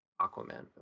Aquaman